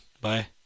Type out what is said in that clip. bye